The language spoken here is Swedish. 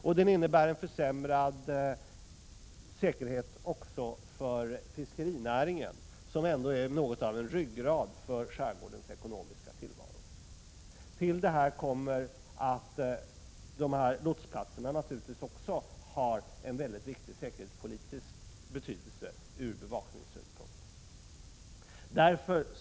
Åtgärderna innebär en försämrad säkerhet också för fiskerinäringen, som är något av en ryggrad i skärgårdens ekonomiska tillvaro. Till detta kommer att lotsplatserna har en väldigt viktig säkerhetspolitisk betydelse ur bevakningssynpunkt.